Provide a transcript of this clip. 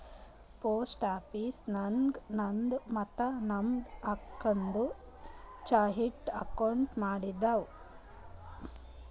post office ನಾಗ್ ನಂದು ಮತ್ತ ನಮ್ ಅಕ್ಕಾದು ಜಾಯಿಂಟ್ ಅಕೌಂಟ್ ಮಾಡಿವ್